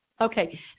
Okay